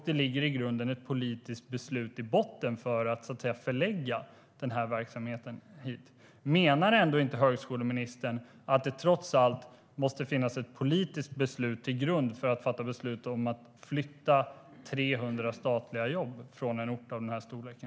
Det ligger ett politiskt beslut i botten att förlägga verksamheten hit. Menar inte högskoleministern att det trots allt måste ligga ett politiskt beslut till grund för att fatta beslut om att flytta 300 statliga jobb från en ort av den här storleken?